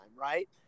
right